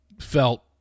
felt